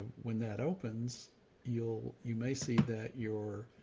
when that opens you'll, you may see that your,